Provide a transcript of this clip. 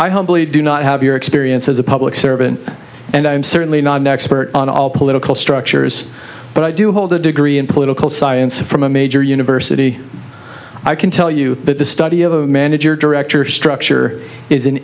i humbly do not have your experience as a public servant and i'm certainly not an expert on all political structures but i do hold a degree in political science from a major university i can tell you that the study of a manager director structure is